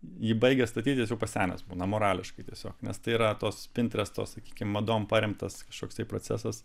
jį baigia statyti jis jau pasenęs būna morališkai tiesiog nes tai yra tos pintresto sakykim madom paremtas kažkoks tai procesas